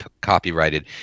copyrighted